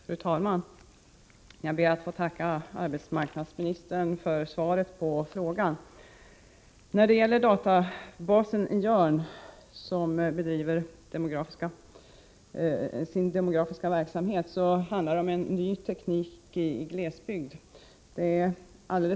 Fru talman! Jag ber att få tacka arbetsmarknadsministern för svaret på frågan. När det gäller databasen i Jörn, som bedriver demografisk verksamhet, handlar det om en ny teknik i glesbygd.